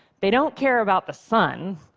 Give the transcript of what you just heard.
they don't care about the sun,